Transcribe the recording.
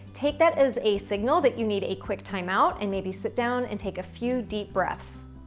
take that as a signal that you need a quick timeout, and maybe sit down and take a few deep breaths.